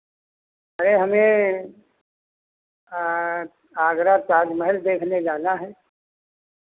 अरे हमें आगरा ताज़महल देखने जाना है